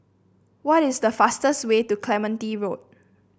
what is the fastest way to Clementi Road